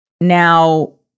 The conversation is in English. Now